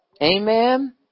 Amen